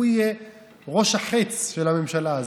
הוא יהיה ראש החץ של הממשלה הזאת.